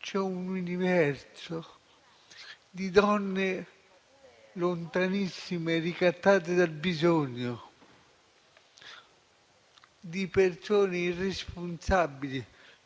c'è un universo di donne lontanissime ricattate dal bisogno, di persone irresponsabili